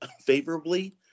favorably